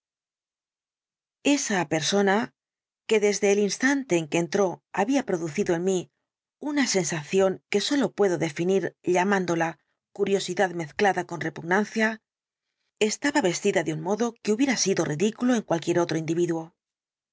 esa persona que desde el instante en que entró había producido en mí una sensación que sólo puedo definir llamándola curiosidad mezclada con repugnancia estaba vestida de un modo que hubiera sido ridículo en cualquiera otro individuo